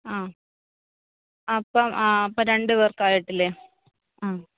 ആ അപ്പം ആ അപ്പം രണ്ട് പേര്ക്ക് ആയിട്ടില്ലേ ആ